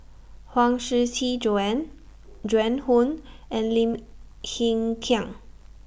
Huang Shiqi Joan Joan Hon and Lim Hng Kiang